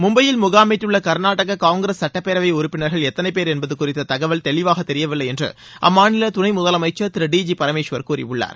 மும்பையில் முகாமிட்டுள்ள கர்நாடக காங்கிரஸ் சுட்டப்பேரவை உறுப்பினர்கள் எத்தனை போ என்பது குறித்த தகவல் தெளிவாக தெரியவில்லை என்று அம்மாநில துணை முதலமைச்சன் திரு டி ஜி பரமேஸ்வர் கூறியுள்ளார்